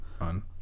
on